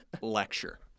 Lecture